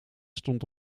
stond